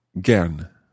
gern